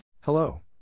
Hello